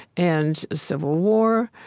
and civil war,